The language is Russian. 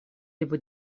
либо